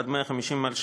עד 15 מלש"ח,